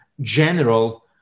general